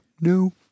no